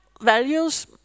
values